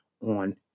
on